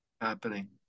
happening